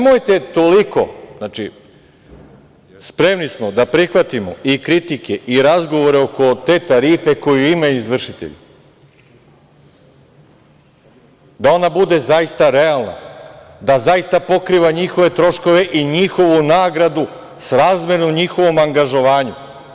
Spremni smo da prihvatimo i kritike i razgovore oko te tarife koju imaju izvršitelji, da ona bude zaista realna, da zaista pokriva njihove troškove i njihovu nagradu srazmernu njihovom angažovanju.